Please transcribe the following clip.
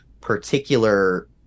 particular